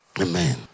Amen